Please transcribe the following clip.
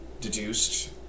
deduced